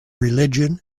religion